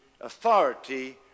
authority